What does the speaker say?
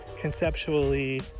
conceptually